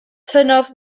tynnodd